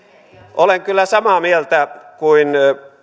olen kyllä samaa mieltä kuin